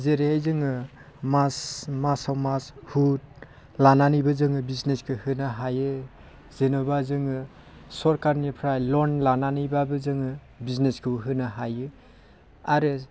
जेरै जोङो मास मासाव मास सुद लानानैबो जोङो बिजनेसखो होनो हायो जेन'बा जोङो सरखारनिफ्राय लन लानानैब्लाबो जोङो बिजनेसखौ होनो हायो आरो